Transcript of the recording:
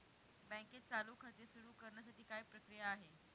बँकेत चालू खाते सुरु करण्यासाठी काय प्रक्रिया आहे?